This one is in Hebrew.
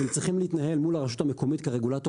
הם צריכים להתנהל מול הרשות המקומית כרגולטור